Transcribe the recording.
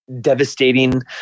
devastating